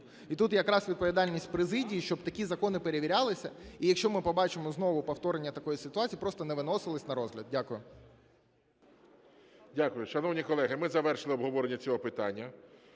І тут якраз відповідальність президії, щоб такі закони перевірялися, і якщо ми побачимо знову повторення такої ситуації, просто не виносились на розгляд. Дякую. ГОЛОВУЮЧИЙ. Дякую. Шановні колеги, ми завершили обговорення цього питання.